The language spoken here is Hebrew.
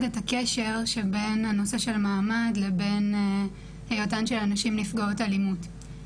את הקשר שבין הנושא של מעמד לבין היותן של הנשים נפגעות אלימות.